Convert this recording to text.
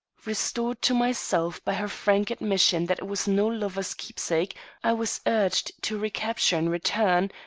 restored to myself by her frank admission that it was no lover's keepsake i was urged to recapture and return,